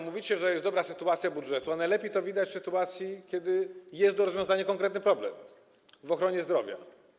Mówicie, że jest dobra sytuacja budżetu, a najlepiej to widać w sytuacji, kiedy jest do rozwiązania konkretny problem w ochronie zdrowia.